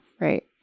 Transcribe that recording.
right